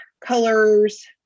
colors